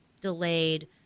delayed